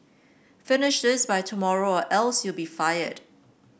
finish this by tomorrow or else you'll be fired